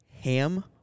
ham